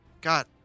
God